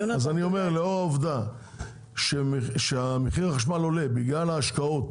לאור העובדה שמחיר החשמל עולה בגלל ההשקעות